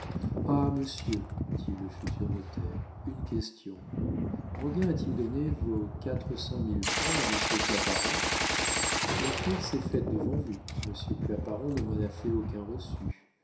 ah monsieur dit le futur notaire une question roguin a-t-il donné vos quatre cent mille francs à monsieur claparon l'affaire s'est faite devant vous monsieur claparon ne m'en a fait aucun reçu